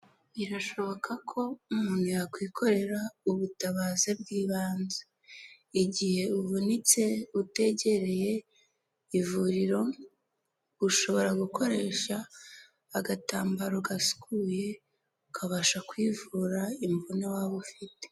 Birashoboka ko umuntu yakwikorera ubutabazi bw'ibanze, igihe uvunitse utegereye ivuriro ushobora gukoresha agatambaro gasukuye ukabasha kwivura imvune waba ufite.